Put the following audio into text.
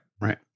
Right